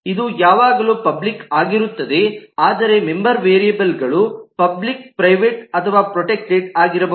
ಇದು ಯಾವಾಗಲೂ ಪಬ್ಲಿಕ್ ಆಗಿರುತ್ತದೆ ಆದರೆ ಮೆಂಬರ್ ವೇರಿಯೇಬಲ್ ಗಳು ಪಬ್ಲಿಕ್ ಪ್ರೈವೇಟ್ ಅಥವಾ ಪ್ರೊಟೆಕ್ಟೆಡ್ ಆಗಿರಬಹುದು